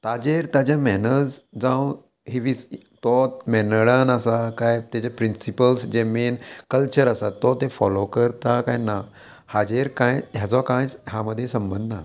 ताजेर ताजे मॅनर्स जावं ही विस तो मॅनडान आसा काय तेजे प्रिंसिपल्स जे मेन कल्चर आसा तो तें फोलो करता काय ना हाजेर कांय हेजो कांयच हां मदीं संबंद ना